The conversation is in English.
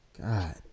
god